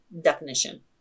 definition